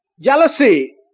Jealousy